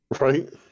right